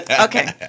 Okay